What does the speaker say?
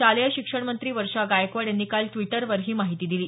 शालेय शिक्षण मंत्री वर्षा गायकवाड यांनी काल ट्वीटरवर ही माहिती दिली